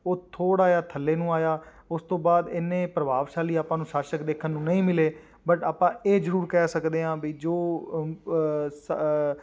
ਉਹ ਥੋੜ੍ਹਾ ਜਿਹਾ ਥੱਲੇ ਨੂੰ ਆਇਆ ਉਸ ਤੋਂ ਬਾਅਦ ਇੰਨੇ ਪ੍ਰਭਾਵਸ਼ਾਲੀ ਆਪਾਂ ਨੂੰ ਸ਼ਾਸਕ ਦੇਖਣ ਨੂੰ ਨਹੀਂ ਮਿਲੇ ਬਟ ਆਪਾਂ ਇਹ ਜ਼ਰੂਰ ਕਹਿ ਸਕਦੇ ਹਾਂ ਵੀ ਜੋ ਸ